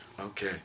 okay